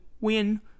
win